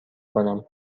کنم